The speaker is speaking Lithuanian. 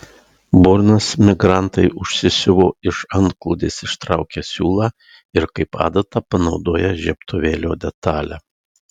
burnas migrantai užsisiuvo iš antklodės ištraukę siūlą ir kaip adatą panaudoję žiebtuvėlio detalę